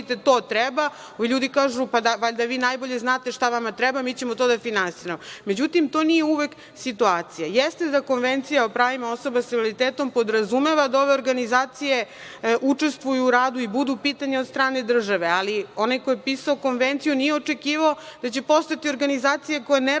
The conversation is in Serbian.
Ovi ljudi kažu – valjda vi najbolje znate šta vama treba, mi ćemo to da finansiramo. Međutim, to nije uvek situacija. Jeste da Konvencija o pravima osoba sa invaliditetom podrazumeva da ove organizacije učestvuju u radu i budu pitane od strane države, ali onaj ko je pisao Konvenciju nije očekivao da će postojati organizacije koje ne rade